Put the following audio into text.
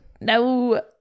No